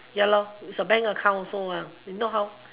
ya it's a bank account also if not how